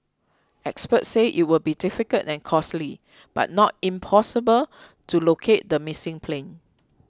experts say it will be difficult and costly but not impossible to locate the missing plane